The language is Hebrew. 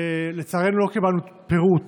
לצערנו לא קיבלנו פירוט